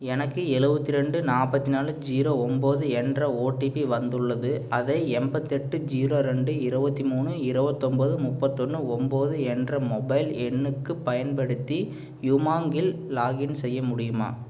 எனக்கு ஏழுபத்தி ரெண்டு நாற்பத்து நாலு ஜீரோ ஒம்பது என்ற ஓடிபி வந்துள்ளது அதை எண்பத்தெட்டு ஜீரோ ரெண்டு இருபத்தி மூணு இருபத்தொம்பது முப்பத் ஒன்று ஒம்பது என்ற மொபைல் எண்ணுக்குப் பயன்படுத்தி யுமாங் இல் லாக் இன் செய்ய முடியுமா